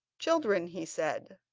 children, he said,